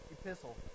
epistle